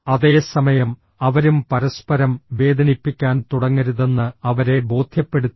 അതേസമയം അവരും പരസ്പരം വേദനിപ്പിക്കാൻ തുടങ്ങരുതെന്ന് അവരെ ബോധ്യപ്പെടുത്തുക